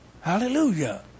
Hallelujah